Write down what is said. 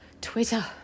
twitter